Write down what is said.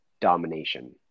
domination